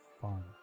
fun